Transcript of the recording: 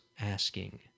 asking